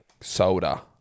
soda